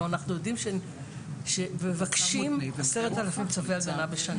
אנחנו מבקשים 10,000 צווי הגנה בשנה.